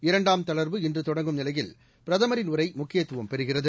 இரண்டாம் தளர்வு இன்றுதொடங்கும் நிலையில் பிரதமரின் உரைமுக்கியத்துவம் பெறுகிறது